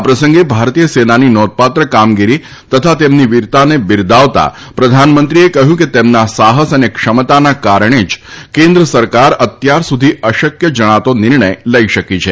આ પ્રસંગે ભારતીય સેનાની નોંધપાત્ર કામગીરી તથા તેમની વીરતાને બિરદાવતા પ્રધાનમંત્રીએ કહ્યું કે તેમના સાહસ અને ક્ષમતાના કારણે જ કેન્દ્ર સરકાર અત્યાર સુધી અશક્ય જણાતો નિર્ણય લઈ શકી છે